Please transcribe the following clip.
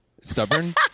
stubborn